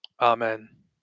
Amen